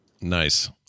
nice